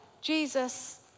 Jesus